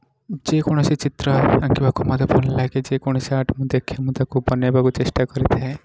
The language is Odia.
ଯେ କୌଣସି ଚିତ୍ର ଆଙ୍କିବାକୁ ମୋତେ ଭଲ ଲାଗେ ଯେକୌଣସି ଆର୍ଟ ମୁଁ ଦେଖେ ମୁଁ ତାକୁ ବନାଇବାକୁ ଚେଷ୍ଟା କରିଥାଏ